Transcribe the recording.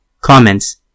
Comments